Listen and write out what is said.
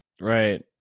right